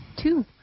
two